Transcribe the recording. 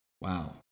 Wow